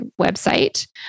website